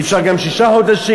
אפשר גם שישה חודשים,